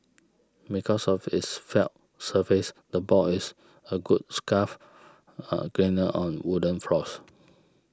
because of its felt surface the ball is a good scuff cleaner on wooden floors